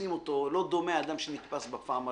שתופסים אותו, לא דומה אדם שנתפס בפעם הראשונה.